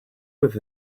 with